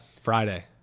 Friday